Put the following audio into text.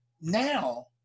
now